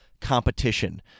competition